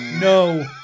no